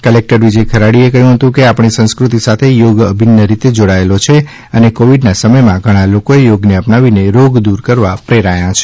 collector Vijay ખરાડીએ કહ્યું હતું કે આપણી સંસ્કૃતિ સાથે યોગ અભિન્ન રીતે જોડાયેલો છે અને કોવિડના સમયમાં ઘણાં લોકો યોગને અપનાવીને રોગ દૂર કરવા પ્રેરાયા છે